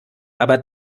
aber